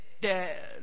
dead